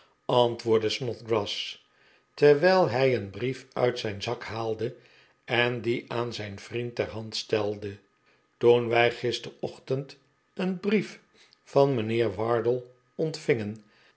antwoordde snodgrass terwijl hij een brief uit zijn zak haalde en dien aan zijn vriend ter hand stelde toen wij gisterochtend een brief van mijnheer wardle ontvingen